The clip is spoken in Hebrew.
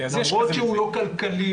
למרות שהוא לא כלכלי,